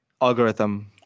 algorithm